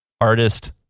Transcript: artist